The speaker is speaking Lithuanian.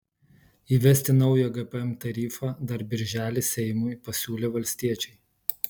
įvesti naują gpm tarifą dar birželį seimui pasiūlė valstiečiai